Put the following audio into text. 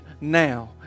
now